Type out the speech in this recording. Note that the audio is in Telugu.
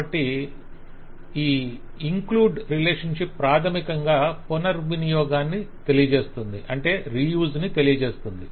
కాబట్టి ఇంక్లూడ్ రిలేషన్షిప్ ప్రాథమికంగా పునర్వినియోగాన్ని తెలియజేస్తుంది